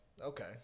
Okay